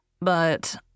But